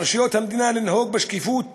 על רשויות המדינה לנהוג בשקיפות